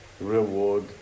reward